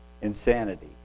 insanity